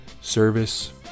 Service